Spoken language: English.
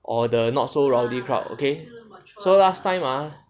or the not so rowdy crowd okay so last time ah